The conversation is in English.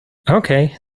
okay